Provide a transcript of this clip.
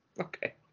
Okay